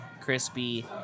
Crispy